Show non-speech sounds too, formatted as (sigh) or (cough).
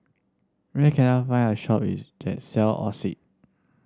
where can I find a shop (unintelligible) that sell Oxy